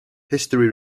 history